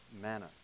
manner